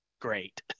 great